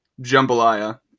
Jambalaya